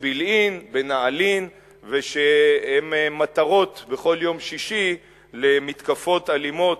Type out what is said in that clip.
בבילעין ובנעלין והם מטרות בכל יום שישי למתקפות אלימות,